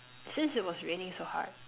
since it was raining so hard